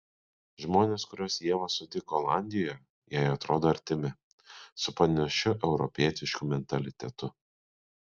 žmonės kuriuos ieva sutiko olandijoje jai atrodo artimi su panašiu europietišku mentalitetu